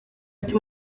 ati